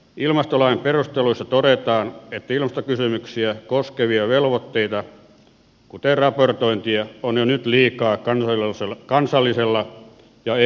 ilmastolain perusteluissa todetaan että ilmastokysymyksiä koskevia velvoitteita kuten raportointia on jo nyt liikaa kansallisella ja eu tasolla